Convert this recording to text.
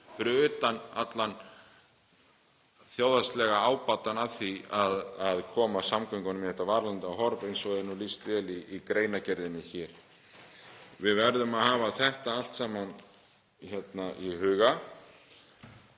fyrir utan allan þjóðhagslegan ábata af því að koma samgöngunum í þetta varanlega horf eins og er lýst vel í greinargerðinni hér. Við verðum að hafa þetta allt saman í huga.